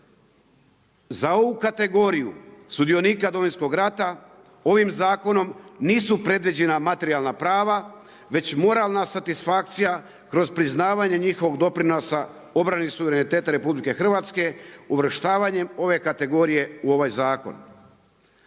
Za ovu kategoriju sudionika Domovinskog rata, ovim zakonom nisu predviđena materijalna prava, već moralna satisfakcija, kroz priznanje njihovog doprinosa, obrani suvereniteta RH, uvrštavanjem ove kategorije u ovaj zakon.